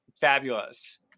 Fabulous